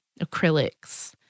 Acrylics